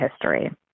history